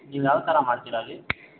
ನೀವು ಯಾವ್ಥರ ಮಾಡ್ತೀರ ಅಲ್ಲಿ